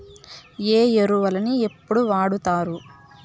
ఏ ఎరువులని ఎప్పుడు వాడుతారు?